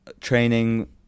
training